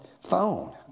phone